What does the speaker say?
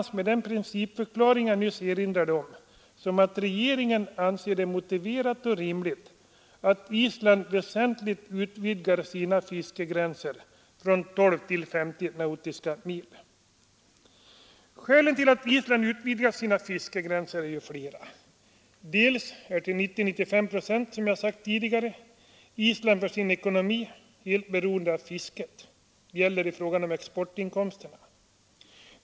Skälen till att Island utvidgat sina fiskegränser är ju flera. Till 90—95 procent är, som jag sagt tidigare, Island för sin ekonomi beroende av fisket — procenttalen gäller exportinkomsterna.